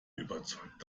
überzeugt